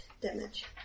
damage